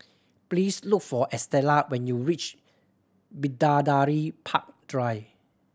please look for Estela when you reach Bidadari Park Drive